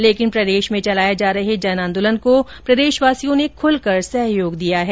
लेकिन राजस्थान में चलाए जा रहे जन आंदोलन को प्रदेशवासियों ने खुलकर सहयोग दिया है